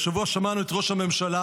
השבוע שמענו את ראש הממשלה,